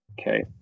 Okay